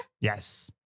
Yes